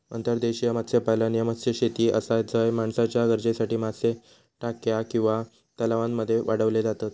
अंतर्देशीय मत्स्यपालन ह्या मत्स्यशेती आसा झय माणसाच्या गरजेसाठी मासे टाक्या किंवा तलावांमध्ये वाढवले जातत